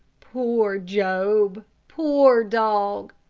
poor job! poor dog!